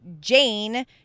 Jane